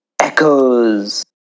echoes